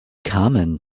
common